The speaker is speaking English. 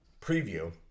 preview